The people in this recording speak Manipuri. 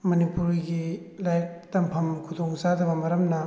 ꯃꯅꯤꯄꯨꯔꯒꯤ ꯂꯥꯏꯔꯤꯛ ꯊꯝꯐꯝ ꯈꯨꯗꯣꯡꯆꯥꯗꯕ ꯃꯔꯝꯅ